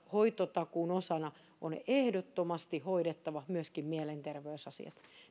hoitotakuun osana on ehdottomasti hoidettava myöskin mielenterveysasiat